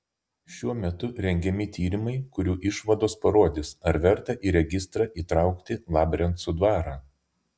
šiuo metu rengiami tyrimai kurių išvados parodys ar verta į registrą įtraukti labrencų dvarą